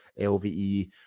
LVE